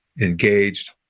engaged